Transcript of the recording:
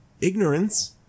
Ignorance